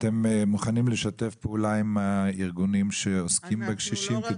אתם מוכנים לשתף פעולה עם ארגונים שעוסקים בקשישים?